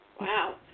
wow